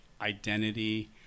identity